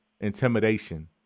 intimidation